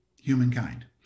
humankind